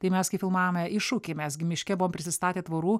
tai mes kai filmavome iššūkį mes gi miške buvom prisistatę tvorų